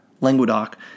Languedoc